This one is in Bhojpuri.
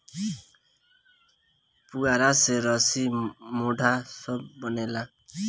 पुआरा से रसी, मोढ़ा सब बनेला